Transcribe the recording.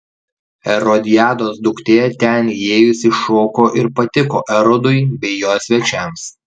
erodiados duktė ten įėjusi šoko ir patiko erodui bei jo svečiams